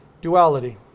duality